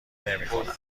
نمیکنم